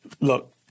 look